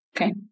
Okay